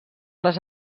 les